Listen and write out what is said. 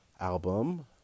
album